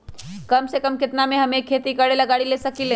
कम से कम केतना में हम एक खेती करेला गाड़ी ले सकींले?